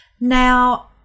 now